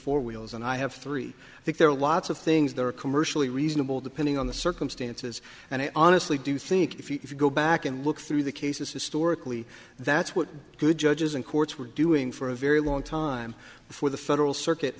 four wheels and i have three i think there are lots of things that are commercially reasonable depending on the circumstances and i honestly do think if you go back and look through the cases historically that's what good judges and courts were doing for a very long time before the federal circuit